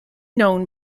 known